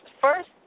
first